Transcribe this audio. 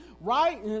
right